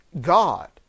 God